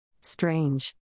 Strange